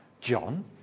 John